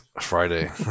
Friday